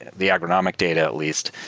the agronomic data at least,